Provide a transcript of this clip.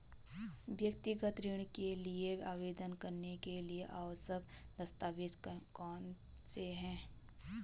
व्यक्तिगत ऋण के लिए आवेदन करने के लिए आवश्यक दस्तावेज़ कौनसे हैं?